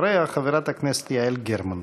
אחריה, חברת הכנסת יעל גרמן.